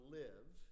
live